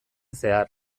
zehar